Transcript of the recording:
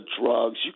drugs